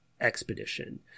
expedition